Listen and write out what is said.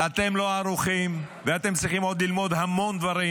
אתם לא ערוכים ואתם צריכים עוד ללמוד המון דברים,